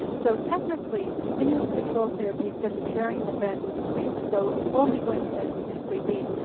so technically stimulus control therapy is just pairng the bed with sleep, so only going to bed when you're sleepy,